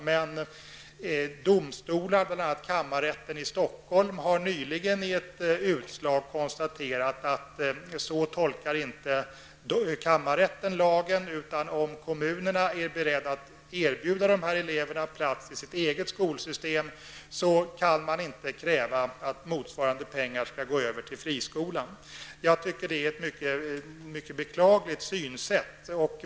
Men enligt ett utslag nyligen tolkar kammarrätten i Stockholm inte lagen på det sättet, utan kammarrätten anser att om kommunerna är beredda att erbjuda dessa elever plats i sitt eget skolsystem, kan man inte kräva att motsvarande stöd skall gå till friskolan. Jag tycker att det är ett beklagligt synsätt.